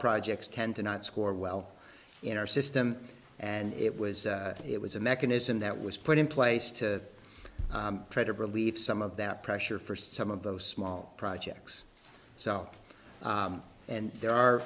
projects tend to not score well in our system and it was it was a mechanism that was put in place to try to relieve some of that pressure for some of those small projects so and there are